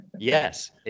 Yes